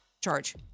charge